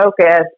focus